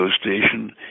station